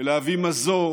ולהביא מזור